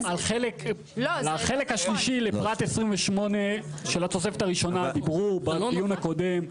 לחלק השלישי של פרט 28 לתוספת הראשונה דיברו בדיון הקודם.